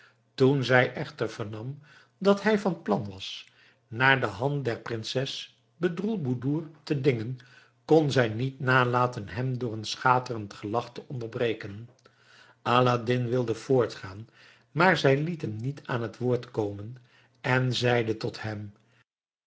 toen zij echter vernam dat hij van plan was naar de hand der prinses bedroelboedoer te dingen kon zij niet nalaten hem door een schaterend gelach te onderbreken aladdin wilde voortgaan maar zij liet hem niet aan het woord komen en zeide tot hem